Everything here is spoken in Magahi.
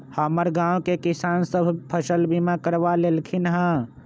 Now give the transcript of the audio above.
हमर गांव के किसान सभ फसल बीमा करबा लेलखिन्ह ह